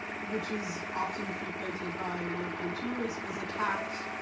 which is often frequented by european tourists, was attacked,